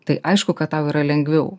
tai aišku kad tau yra lengviau